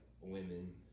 women